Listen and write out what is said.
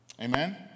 Amen